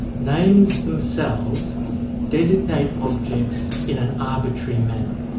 names themselves designate objects in an arbitrary manner.